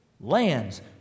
lands